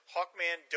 Hawkman